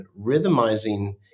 rhythmizing